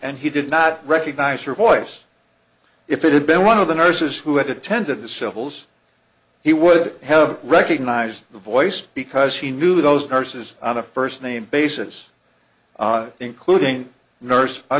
and he did not recognize her voice if it had been one of the nurses who had attended the civils he would have recognized the voice because he knew those nurses on a first name basis including a nurse